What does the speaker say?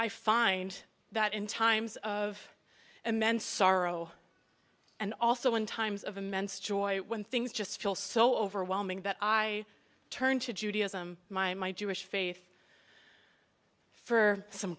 i find that in times of immense sorrow and also in times of immense joy when things just feel so overwhelming that i turn to judaism my my jewish faith for some